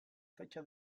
fecha